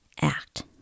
Act